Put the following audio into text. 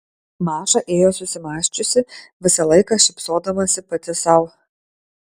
maša ėjo susimąsčiusi visą laiką šypsodamasi pati sau